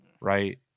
right